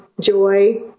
joy